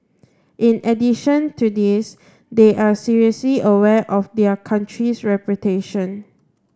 in addition to this they are seriously aware of their country's reputation